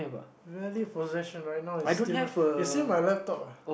valued possession right now it's still it's still my laptop ah